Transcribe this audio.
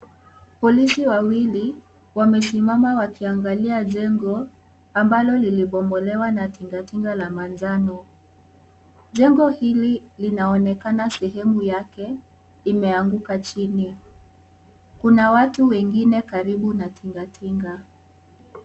Polisi wawili wamesimama wakiangalia jengo ambalo lilibomolewa na tingatinga la manjano. Jengo hili linaonekana Sehemu yake umeanguka chini. Kuna watu wengine karibu na tingatinga.